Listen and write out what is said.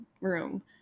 room